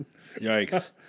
Yikes